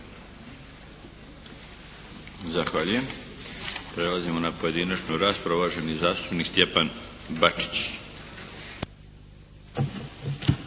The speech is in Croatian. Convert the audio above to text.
Zahvaljujem. Prelazimo na pojedinačnu raspravu. Uvaženi zastupnik Stjepan Bačić.